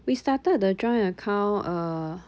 we started the joint account uh